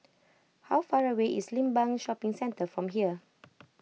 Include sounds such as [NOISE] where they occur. how far away is Limbang Shopping Centre from here [NOISE]